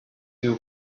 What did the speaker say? two